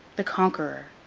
the conqueror,